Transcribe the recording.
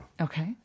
Okay